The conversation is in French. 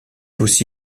aussi